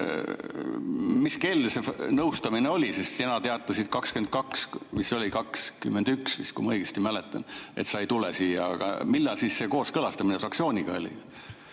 Mis kell see nõustamine oli? Sina teatasid kell 22, mis see oligi, 21 vist, kui ma õigesti mäletan, et sa ei tule siia. Aga millal siis see kooskõlastamine fraktsiooniga oli?